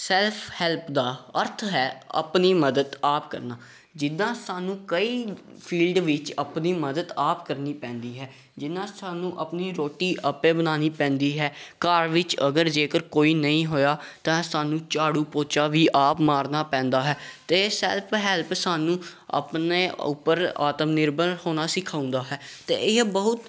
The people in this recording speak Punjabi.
ਸੈਲਫ ਹੈਲਪ ਦਾ ਅਰਥ ਹੈ ਆਪਣੀ ਮਦਦ ਆਪ ਕਰਨਾ ਜਿੱਦਾਂ ਸਾਨੂੰ ਕਈ ਫੀਲਡ ਵਿੱਚ ਆਪਣੀ ਮਦਦ ਆਪ ਕਰਨੀ ਪੈਂਦੀ ਹੈ ਜਿੱਦਾਂ ਸਾਨੂੰ ਆਪਣੀ ਰੋਟੀ ਆਪ ਬਣਾਉਣੀ ਪੈਂਦੀ ਹੈ ਘਰ ਵਿੱਚ ਅਗਰ ਜੇਕਰ ਕੋਈ ਨਹੀਂ ਹੋਇਆ ਤਾਂ ਸਾਨੂੰ ਝਾੜੂ ਪੋਚਾ ਵੀ ਆਪ ਮਾਰਨਾ ਪੈਂਦਾ ਹੈ ਅਤੇ ਸੈਲਫ ਹੈਲਪ ਸਾਨੂੰ ਆਪਣੇ ਉੱਪਰ ਆਤਮ ਨਿਰਭਰ ਹੋਣਾ ਸਿਖਾਉਂਦਾ ਹੈ ਅਤੇ ਇਹ ਬਹੁਤ